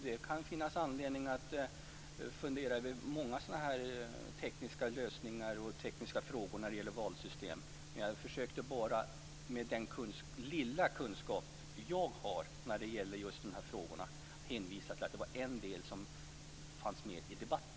Det kan finnas anledning att fundera över många tekniska lösningar och frågor när det gäller valsystem, men jag försökte bara med den lilla kunskap som jag har i dessa frågor hänvisa till att detta var en del som fanns med i debatten.